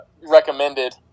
recommended